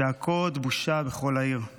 // צעקות בושה בכל העיר /